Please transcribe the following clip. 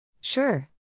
Sure